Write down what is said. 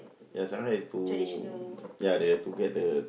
ya Shanghai have to ya they have to get the